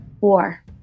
War